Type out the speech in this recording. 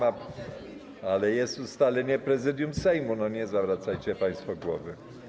Ale jest ustalenie Prezydium Sejmu, nie zawracajcie państwo głowy.